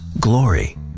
glory